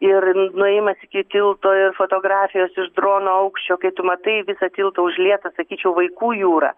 ir nuėjimas iki tilto ir fotografijos iš drono aukščio kai tu matai visą tiltą užlietą sakyčiau vaikų jūra